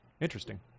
Interesting